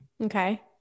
okay